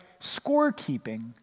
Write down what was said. scorekeeping